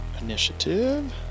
Initiative